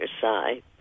side